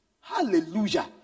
Hallelujah